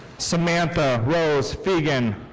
samantha rose fiegan.